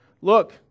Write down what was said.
look